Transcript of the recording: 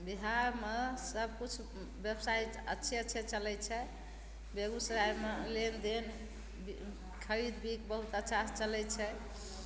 बिहारमे सबकिछु व्यवसाय अच्छे छै चलय छै बेगूसरायमे लेनदेन खरीद बिक बहुत अच्छासँ चलय छै